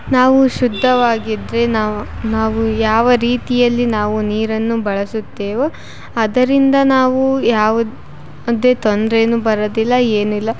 ನಾವು ಶುದ್ಧವಾಗಿದ್ದರೆ ನಾವು ನಾವು ಯಾವ ರೀತಿಯಲ್ಲಿ ನಾವು ನೀರನ್ನು ಬಳಸುತ್ತೇವೋ ಅದರಿಂದ ನಾವು ಯಾವುದೇ ತೊಂದ್ರೇ ಬರೋದಿಲ್ಲ ಏನಿಲ್ಲ